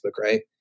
right